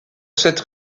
cette